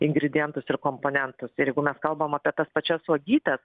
ingredientus ir komponentus ir jeigu mes kalbam apie tas pačias uogytes